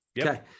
Okay